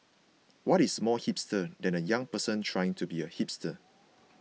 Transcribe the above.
what is more hipster than a young person trying to be a hipster